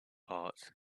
heart